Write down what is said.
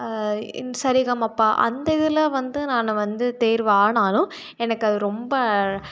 இந்த சரிகமப அந்த இதில் வந்து நான் வந்து தேர்வானாலும் எனக்கு அது ரொம்ப